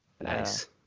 Nice